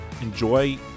Enjoy